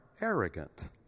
arrogant